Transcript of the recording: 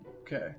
Okay